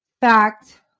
fact